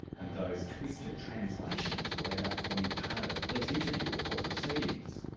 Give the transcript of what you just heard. and those twisted translations will end up forming part of a police interview, or court proceedings.